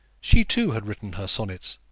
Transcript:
she, too, had written her sonnets.